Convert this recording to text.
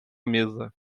mesa